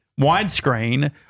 widescreen